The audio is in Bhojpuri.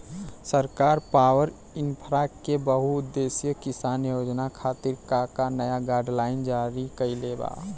सरकार पॉवरइन्फ्रा के बहुउद्देश्यीय किसान योजना खातिर का का नया गाइडलाइन जारी कइले बा?